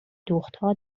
دوختها